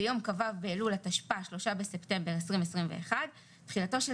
ביום כ"ו באלול התשפ"א (3 בספטמבר 2021). תחילתו של